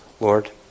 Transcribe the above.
Lord